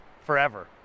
forever